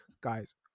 guys